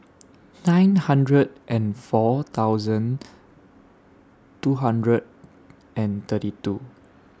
nine hundred and four thousand two hundred and thirty two